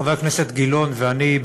חבר הכנסת גילאון ואני,